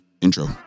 Intro